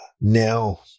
Now